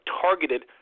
targeted